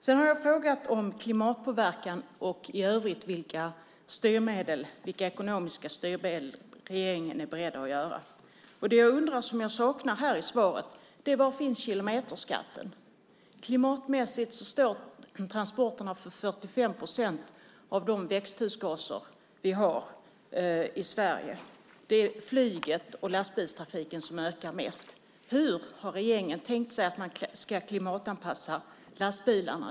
Jag har frågat om klimatpåverkan och vilka ekonomiska styrmedel regeringen är beredd att vidta. Jag undrar över något som jag saknar i svaret. Var finns kilometerskatten? Klimatmässigt står transporterna för 45 procent av de växthusgaser vi har i Sverige. Det är flyget och lastbilstrafiken som ökar mest. Hur har regeringen tänkt sig att man ska klimatanpassa lastbilarna?